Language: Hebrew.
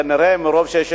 כנראה מרוב שרים,